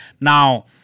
Now